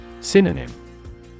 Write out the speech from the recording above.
Synonym